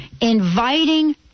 inviting